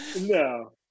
no